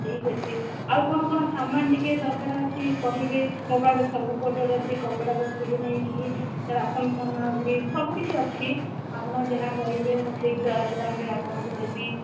ଠିକ୍ ଅଛି ଆଉ କ'ଣ କ'ଣ ସାମାନ୍ ଟିକେ ଦରକାର ଅଛି କହିବେ ମୋ ପାଖରେ ଅଛି କପଡ଼ା ପ୍ରଡକ୍ଟଠୁ ନେଇ କି ରାସନ୍ ସାମଗ୍ରୀ ସବୁ କିଛି ଅଛି ଆପଣ ଯାହା କହିବେ ମୁଁ ଠିକ୍ ଦରଦାମ୍ରେ ମୁଁ ଆପଣଙ୍କୁ ଦେବି